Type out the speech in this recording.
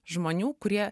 žmonių kurie